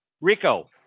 Rico